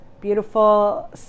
beautiful